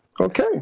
Okay